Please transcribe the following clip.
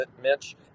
Mitch